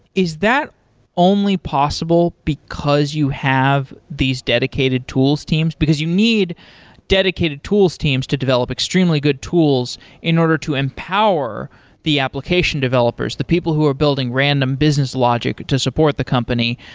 is that only possible because you have these dedicated tools teams? because you need dedicated tools teams to develop extremely good tools in order to empower the application developers, the people who are building random business logic to support the company.